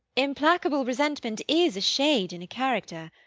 implacable resentment is a shade in a character.